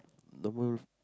normal